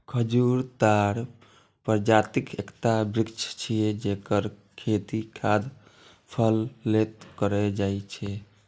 खजूर ताड़ प्रजातिक एकटा वृक्ष छियै, जेकर खेती खाद्य फल लेल कैल जाइ छै